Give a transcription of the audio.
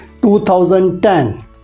2010